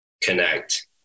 connect